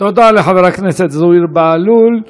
תודה לחבר הכנסת זוהיר בהלול.